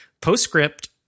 PostScript